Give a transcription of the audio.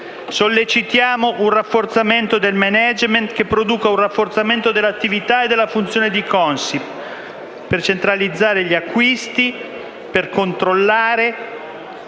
Sollecitiamo inoltre un rafforzamento del *management* che produca un rafforzamento dell'attività e della funzione di Consip per centralizzare gli acquisti, controllare